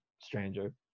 stranger